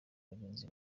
bagenzi